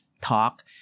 talk